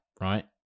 right